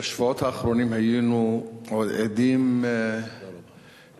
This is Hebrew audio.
בשבועות האחרונים היינו עדים לאירועים